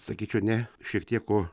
sakyčiau ne šiek tiek o